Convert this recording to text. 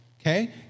Okay